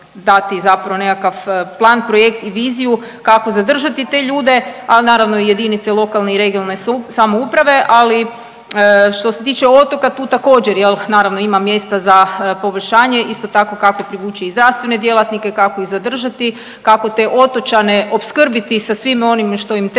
zapravo nekakav plan, projekt i viziju kako zadržati te ljude, ali naravno i jedinice lokalne i regionalne samouprave. Ali što se tiče otoka tu također, jel' naravno ima mjesta za poboljšanje. Isto tako kako privući i zdravstvene djelatnike, kako ih zadržati, kako te otočane opskrbiti sa svim onim što im treba